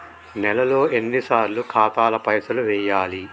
నెలలో ఎన్నిసార్లు ఖాతాల పైసలు వెయ్యాలి?